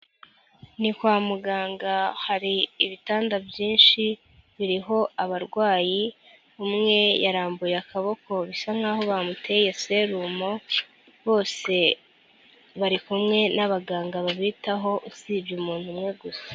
Ni kwa muganga hari ibitanda byinshi, biriho abarwayi umwe yarambuye akaboko bisa nk'aho bamuteye serumo, bose bari kumwe n'abaganga babitaho usibye umuntu umwe gusa.